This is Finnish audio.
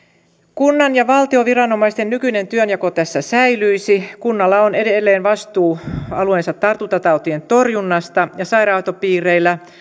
kunnan ja valtion viranomaisten nykyinen työnjako tässä säilyisi kunnalla on edelleen vastuu alueensa tartuntatautien torjunnasta ja sairaanhoitopiireillä